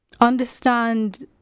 understand